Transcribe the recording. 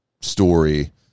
story